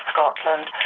Scotland